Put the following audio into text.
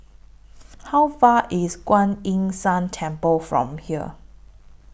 How Far IS Kuan Yin San Temple from here